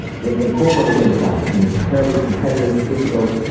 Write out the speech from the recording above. they they fall by the wayside in this terribly competitive, difficult,